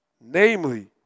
namely